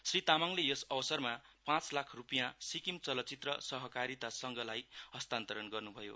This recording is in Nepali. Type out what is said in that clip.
श्री तामाङले यस अवसरमा पाँच लाख रुपियाँ सिक्किम चलचित्र सहकारिता संघलाई हस्तान्तरण गर्नुभयो